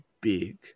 big